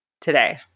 today